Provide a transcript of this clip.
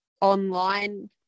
online